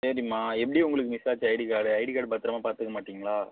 சரிம்மா எப்படி உங்களுக்கு மிஸ் ஆச்சு ஐடி கார்டு ஐடி கார்டை பத்திரமா பார்த்துக்க மாட்டீங்களா